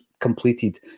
completed